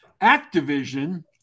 Activision